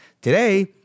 today